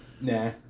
Nah